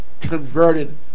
converted